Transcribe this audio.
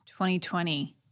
2020